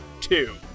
Two